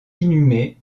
inhumée